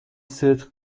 صدق